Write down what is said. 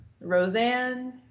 Roseanne